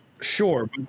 Sure